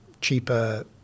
cheaper